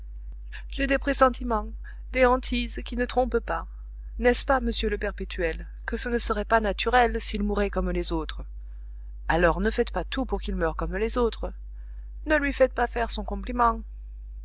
j'ai des pressentiments des hantises qui ne trompent pas n'est-ce pas monsieur le perpétuel que ce ne serait pas naturel s'il mourait comme les autres alors ne faites pas tout pour qu'il meure comme les autres ne lui faites pas faire son compliment